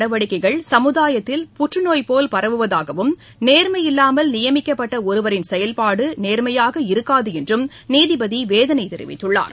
நடவடிக்கைகள் சமுதாயத்தில் புற்றுநோய் போல் பரவுவதாகவும் நேர்மையில்லாமல் ஊழல் நியமிக்கப்பட்ட ஒருவரின் செயல்பாடு நேர்மையாக இருக்காது என்றும் நீதிபதி வேதனை தெரிவித்துள்ளார்